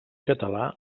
català